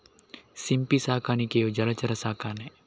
ಸಿಂಪಿ ಸಾಕಾಣಿಕೆಯು ಜಲಚರ ಸಾಕಣೆ